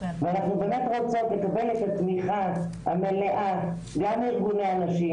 ואנחנו באמת רוצות לקבל את התמיכה המלאה גם מארגוני הנשים,